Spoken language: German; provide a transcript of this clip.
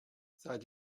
seit